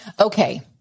okay